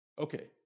Okay